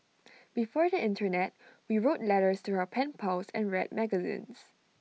before the Internet we wrote letters to our pen pals and read magazines